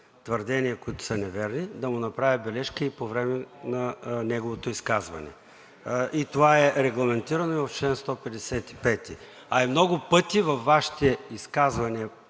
твърдения, които са неверни, да му направя бележка и по време на неговото изказване. Това е регламентирано и в чл. 155 от ПОДНС. Много пъти във Вашите изказвания